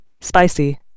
spicy